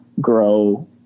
grow